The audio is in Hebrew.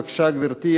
בבקשה, גברתי.